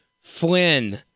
Flynn